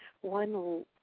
one